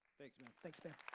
thanks man. thanks man.